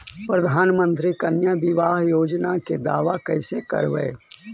प्रधानमंत्री कन्या बिबाह योजना के दाबा कैसे करबै?